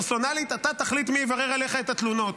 פרסונלית: אתה תחליט מי יברר עליך את התלונות.